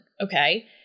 Okay